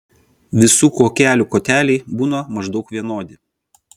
visų kuokelių koteliai būna maždaug vienodi